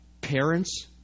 parents